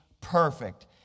perfect